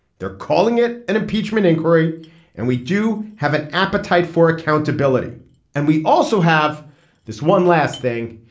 they're calling it an impeachment inquiry and we do have an appetite for accountability and we also have this one last thing.